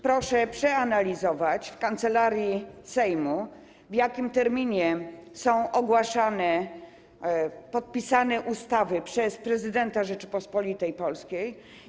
Proszę przeanalizować w Kancelarii Sejmu, w jakim terminie są ogłaszane ustawy podpisane przez prezydenta Rzeczypospolitej Polskiej.